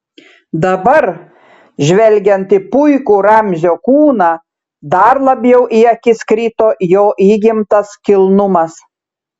dabar žvelgiant į puikų ramzio kūną dar labiau į akis krito jo įgimtas kilnumas